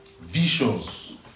visions